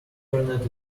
internet